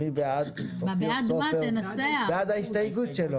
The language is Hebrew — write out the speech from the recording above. בעד ההסתייגות שלו.